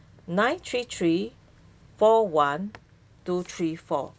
nine three three four one two three four